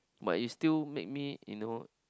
but it's still make me you know